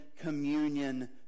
communion